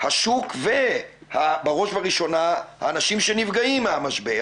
השוק ובראש בראשונה האנשים שנפגעים מהמשבר